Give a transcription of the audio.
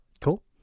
Cool